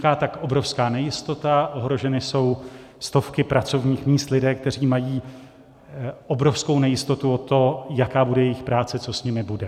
Vzniká tak obrovská nejistota, ohroženy jsou stovky pracovních míst, lidé, kteří mají obrovskou nejistotu o to, jaká bude jejich práce, co s nimi bude.